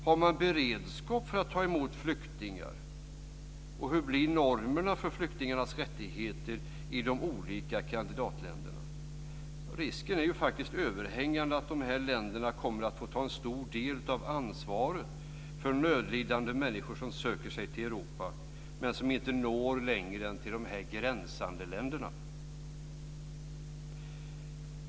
Har man beredskap för att ta emot flyktingar? Hur blir normerna för flyktingarnas rättigheter i de olika kandidatländerna? Risken är faktiskt överhängande att de här länderna kommer att få ta en stor del av ansvaret för nödlidande människor som söker sig till Europa men som inte når längre än till de här gränsande länderna.